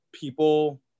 people